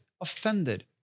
offended